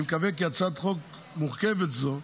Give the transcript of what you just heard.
אני מקווה כי הצעת חוק מורכבת זו,